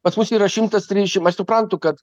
pas mus yra šimtas trisdešimt aš suprantu kad